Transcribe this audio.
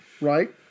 Right